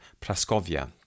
Plaskovia